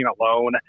alone